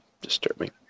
disturbing